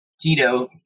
Tito